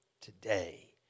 Today